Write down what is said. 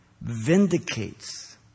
vindicates